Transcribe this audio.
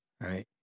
right